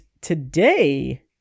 today